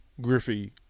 Griffey